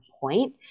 point